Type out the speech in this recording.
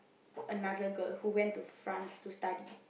another girl who went to France to study